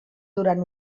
durant